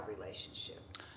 relationship